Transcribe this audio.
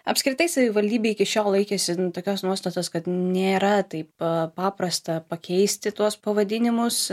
apskritai savivaldybė iki šiol laikėsi tokios nuostatos kad nėra taip paprasta pakeisti tuos pavadinimus